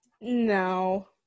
No